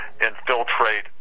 infiltrate